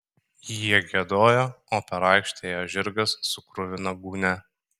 jie giedojo o per aikštę ėjo žirgas su kruvina gūnia